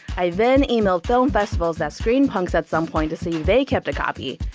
i then emailed film festivals that screened punks at some point to see they kept a copy,